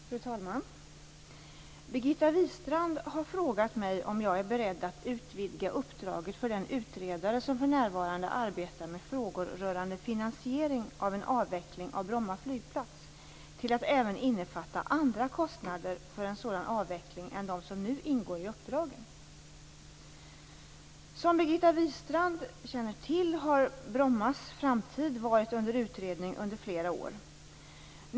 Fru talman! Birgitta Wistrand har frågat mig om jag är beredd att utvidga uppdraget för den utredare som för närvarande arbetar med frågor rörande finansiering av en avveckling av Bromma flygplats till att även innefatta andra kostnader för en sådan avveckling än de som nu ingår i uppdraget. Som Birgitta Wistrand känner till har Brommas framtid varit under utredning under flera år.